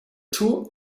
two